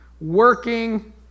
working